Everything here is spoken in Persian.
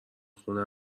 خونه